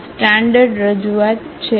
આ સ્ટાન્ડર્ડ રજૂઆત છે